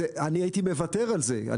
אני הייתי מוותר על זה.